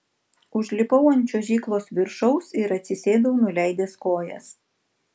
užlipau ant čiuožyklos viršaus ir atsisėdau nuleidęs kojas